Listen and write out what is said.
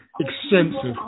extensive